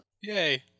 Yay